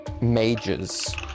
mages